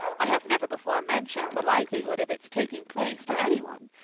i have never before mentioned the likelihood of its taking place to anyone,